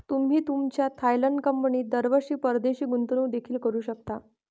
तुम्ही तुमच्या थायलंड कंपनीत दरवर्षी परदेशी गुंतवणूक देखील करू शकता